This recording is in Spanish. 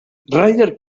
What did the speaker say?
rider